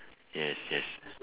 yes yes